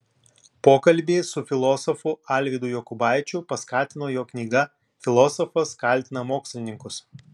pokalbį su filosofu alvydu jokubaičiu paskatino jo knyga filosofas kaltina mokslininkus